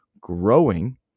growing